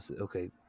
okay